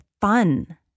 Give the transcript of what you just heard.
fun